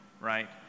right